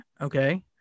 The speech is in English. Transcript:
Okay